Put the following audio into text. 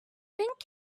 think